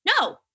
no